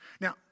Now